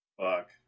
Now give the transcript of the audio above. Fuck